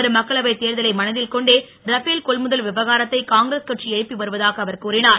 வரும் மக்களவை தேர்தலை மனதில் கொண்டே ரபேல் கொள்முதல் விவகாரத்தை காங்கிரஸ் கட்சி எழுப்பி வருவதாக அவர் கூறினார்